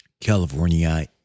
California